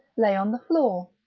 lay on the floor.